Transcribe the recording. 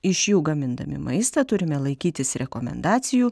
iš jų gamindami maistą turime laikytis rekomendacijų